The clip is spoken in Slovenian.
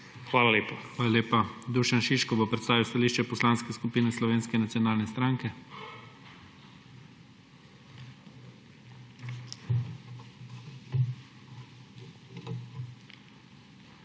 JOŽE TANKO: Hvala lepa. Dušan Šiško bo predstavil stališče Poslanske skupine Slovenske nacionalne stranke. Izvolite.